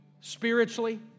spiritually